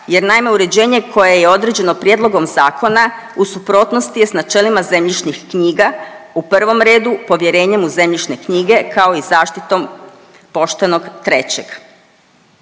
jer naime uređenje koje je određeno prijedlogom zakona u suprotnosti je s načelima zemljišnih knjiga u prvom redu povjerenjem u zemljišne knjige kao i zaštitom poštenog trećeg.